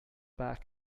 back